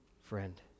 friend